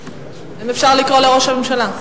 האם אפשר לקרוא לראש הממשלה?